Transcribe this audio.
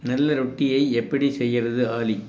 நல்ல ரொட்டியை எப்படிச் செய்றது ஆலி